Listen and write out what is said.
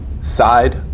side